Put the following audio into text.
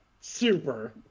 super